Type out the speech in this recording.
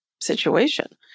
situation